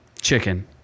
chicken